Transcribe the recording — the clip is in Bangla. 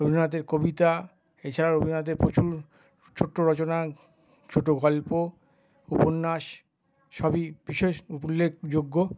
রবীন্দ্রনাথের কবিতা এছাড়া রবীন্দ্রনাথের প্রচুর ছোট্ট রচনা ছোট গল্প উপন্যাস সবই বিশেষ উল্লেখযোগ্য